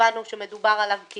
שהבנו שמדובר עליו כי